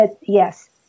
yes